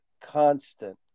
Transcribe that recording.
constant